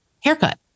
haircut